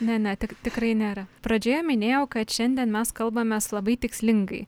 ne ne tik tikrai nėra pradžioje minėjau kad šiandien mes kalbamės labai tikslingai